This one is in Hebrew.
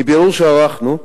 מבירור שערכנו,